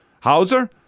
Hauser